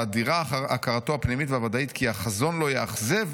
ואדירה הכרתו הפנימית והוודאית כי 'החזון לא יאכזב,